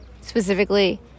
specifically